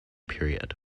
period